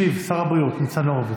ישיב שר הבריאות ניצן הורוביץ.